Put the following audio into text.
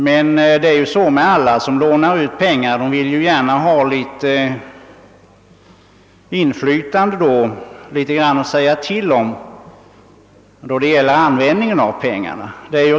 Men alla som lånar ut pengar vill gärna ha litet att säga till om då det gäller användningen av pengarna.